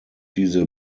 diese